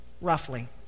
roughly